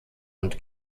und